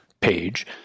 page